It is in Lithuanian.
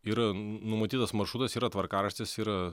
yra numatytas maršrutas yra tvarkaraštis yra